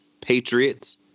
Patriots